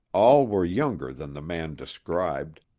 all were younger than the man described,